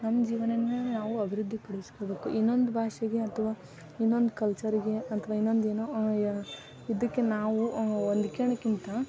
ನಮ್ಮ ಜೀವನವನ್ನ ನಾವು ಅಭಿವೃದ್ಧಿ ಪಡಿಸ್ಕೋಬೇಕು ಇನ್ನೊಂದು ಭಾಷೆಗೆ ಅಥವಾ ಇನ್ನೊಂದು ಕಲ್ಚರಿಗೆ ಅಥವಾ ಇನ್ನೊಂದು ಏನೋ ಇದಕ್ಕೆ ನಾವು ಹೊಂದ್ಕ್ಯಣದ್ಕಿಂತ